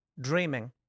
dreaming